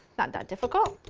not that difficult.